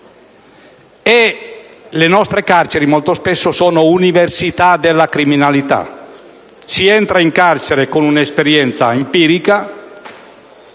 le nostre carceri molto spesso sono università della criminalità; si entra in carcere con un'esperienza empirica,